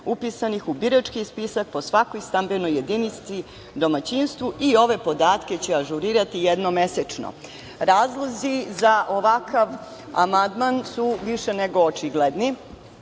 upisanih u birački spisak po svakoj stambenoj jedinici, domaćinstvu i ove podatke će ažurirati jednom mesečno“.Razlozi za ovakav amandman su više nego očigledni.